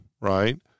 right